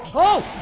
oh